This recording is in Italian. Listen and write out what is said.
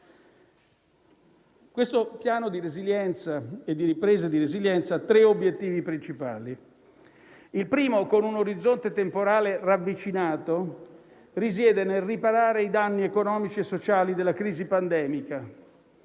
Il Piano nazionale di ripresa e resilienza ha tre obiettivi principali. Il primo, con un orizzonte temporale ravvicinato, risiede nel riparare i danni economici e sociali della crisi pandemica.